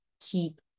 keep